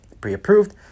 pre-approved